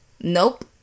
Nope